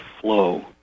flow